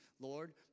Lord